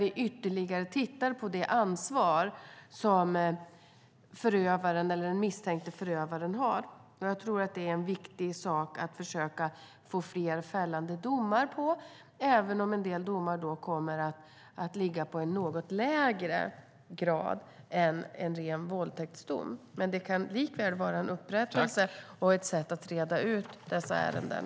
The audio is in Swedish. Vi ska ytterligare se på det ansvar som förövaren eller den misstänkte förövaren har. Jag tror att det är ett sätt att få fler fällande domar, även om en del domar kommer att ligga på en något lägre grad än en ren våldtäktsdom. Det kan likväl vara en upprättelse och ett sätt att reda ut dessa ärenden.